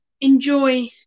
enjoy